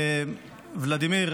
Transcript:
ולדימיר,